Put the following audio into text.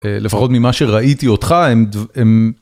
לפחות ממה שראיתי אותך, הם...